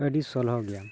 ᱟᱹᱰᱤ ᱥᱚᱞᱦᱮ ᱜᱮᱭᱟ